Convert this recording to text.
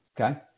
okay